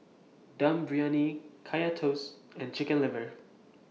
Dum Briyani Kaya Toast and Chicken Liver